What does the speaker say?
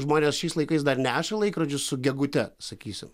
žmonės šiais laikais dar neša laikrodžius su gegute sakysim